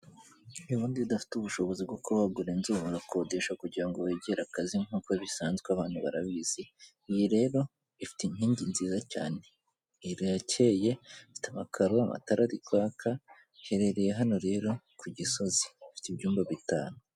Ubundi iyo udafite ubushobozi bwo kuba wagura inzu, urakodesha kugira ngo wegere akazi nkuko bisanzwe abantu barabizi, iyi rero ifite inkingi nziza cyane, irakeye, ifite amakaro, amatara ari kwaka, iherereye hano rero ku Gisozi, ifite ibyumba bitanu.